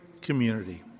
community